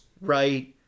right